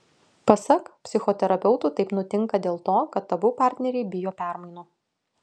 pasak psichoterapeutų taip nutinka dėl to kad abu partneriai bijo permainų